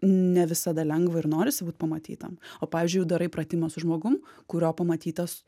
ne visada lengva ir norisi būt pamatytam o pavyzdžiui jau darai pratimą su žmogum kurio pamatytas